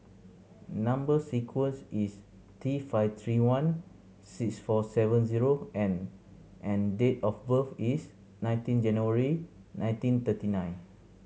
number sequence is T five three one six four seven zero N and date of birth is nineteen January nineteen thirty nine